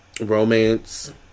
romance